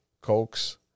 cokes